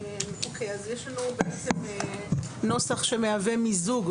אוקי, אז יש לנו בעצם נוסח שמהווה מיזוג.